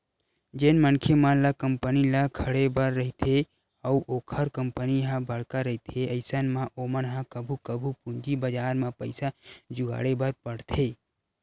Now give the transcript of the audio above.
जेन मनखे मन ल कंपनी ल खड़े बर रहिथे अउ ओखर कंपनी ह बड़का रहिथे अइसन म ओमन ह कभू कभू पूंजी बजार म पइसा जुगाड़े बर परथे